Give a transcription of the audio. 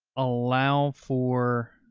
allow for